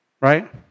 right